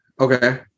okay